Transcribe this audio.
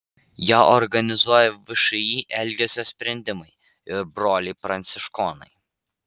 ją organizuoja všį elgesio sprendimai ir broliai pranciškonai